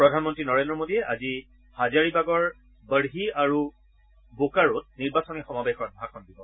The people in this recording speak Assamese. প্ৰধানমন্ত্ৰী নৰেন্দ্ৰ মোডীয়ে আজি হাজাৰীবাগৰ বৰ্হি আৰু বোকাৰোত নিৰ্বাচনী সমাৱেশত ভাষণ দিব